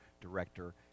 director